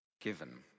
given